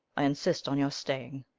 i insist on your staying.